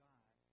God